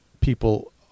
people